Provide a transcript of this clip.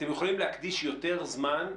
אתם יכולים להקדיש יותר זמן,